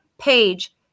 page